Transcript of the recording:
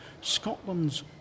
Scotland's